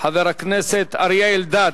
חבר הכנסת אריה אלדד.